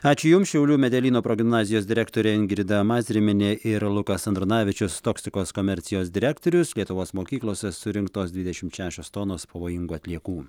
ačiū jums šiaulių medelyno progimnazijos direktorė ingrida mazermienė ir lukas andronavičius toksikos komercijos direktorius lietuvos mokyklose surinktos dvidešimt šešios tonos pavojingų atliekų